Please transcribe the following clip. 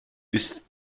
ist